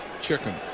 chicken